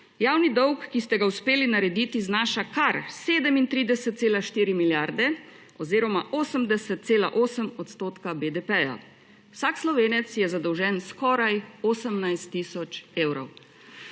Javni dolg, ki ste ga uspeli narediti, znaša kar 37,4 milijarde oziroma 80,8 % BDP. Vsak Slovenec je zadolžen za skoraj 18 tisoč evrov.